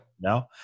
no